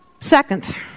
Second